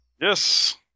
Yes